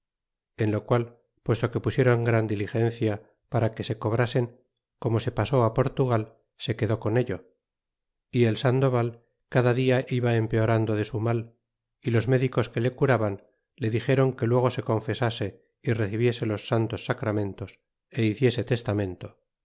en lo qual puesto que pusieron gran diligencia para que se cobrasen como se pasó portugal se quedó con ello y el sandoval cada dia iba empeorando de su mal y los médicos que le curaban le dixéron que luego se confesase y recibiese los santos sacramentos é hiciese